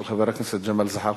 של חבר הכנסת ג'מאל זחאלקה.